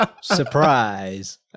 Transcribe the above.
surprise